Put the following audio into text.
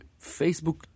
Facebook –